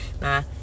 Nah